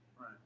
right